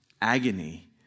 agony